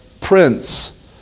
prince